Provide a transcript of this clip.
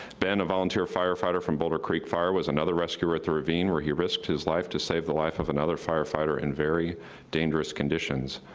ben, a volunteer firefighter from boulder creek fire was another rescuer at the ravine, where he risked his life to save the life of another firefighter in very dangerous conditions.